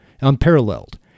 unparalleled